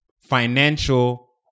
financial